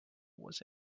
was